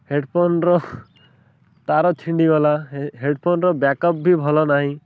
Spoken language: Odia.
ହେଡ଼୍ ଫୋନର ତାର ଛିଣ୍ଡିଗଲା ହେଡ଼୍ ଫୋନର ବ୍ୟାକ୍ ଅପ୍ ବି ଭଲ ନାହିଁ